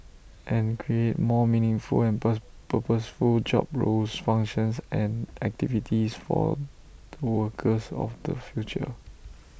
and create more meaningful and per purposeful job roles functions and activities for the workers of the future